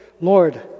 Lord